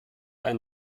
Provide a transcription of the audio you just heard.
ein